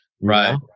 right